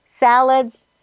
salads